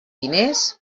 diners